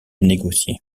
négocier